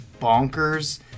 bonkers